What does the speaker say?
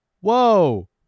Whoa